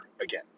again